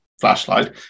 flashlight